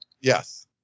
Yes